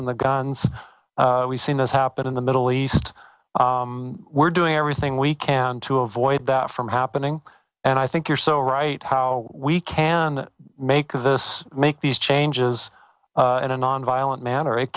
and the guns we've seen this happen in the middle east we're doing everything we can to avoid that from happening and i think you're so right how we can make us make these changes and a nonviolent manner it